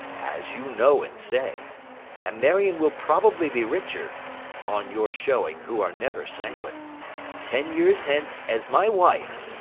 as you know and say and marion will probably be richer on your showing, who are never sanguine ten years hence as my wife,